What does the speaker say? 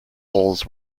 holes